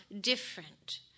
different